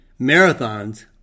Marathons